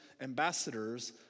ambassadors